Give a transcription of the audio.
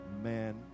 amen